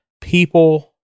people